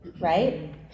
right